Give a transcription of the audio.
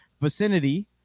vicinity